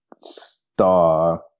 star